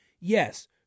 Yes